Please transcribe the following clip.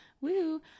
Woo